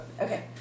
Okay